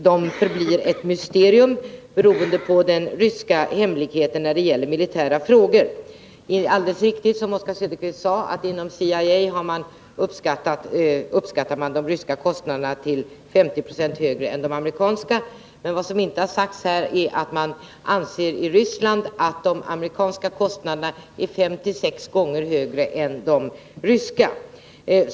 De förblir ett mysterium på grund av den ryska hemlighetsfullheten när det gäller militära frågor. Det är alldeles riktigt som Oswald Söderqvist sade att inom CIA uppskattar man att de ryska kostnaderna är 50 96 högre än de amerikanska. Men vad som inte har sagts är att man i Sovjet anser att de amerikanska kostnaderna är fem sex gånger högre än de ryska.